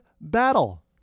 battle